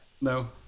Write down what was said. No